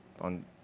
on